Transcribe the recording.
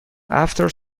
after